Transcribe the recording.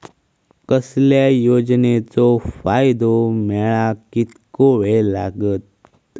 कसल्याय योजनेचो फायदो मेळाक कितको वेळ लागत?